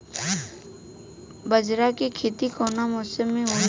बाजरा के खेती कवना मौसम मे होला?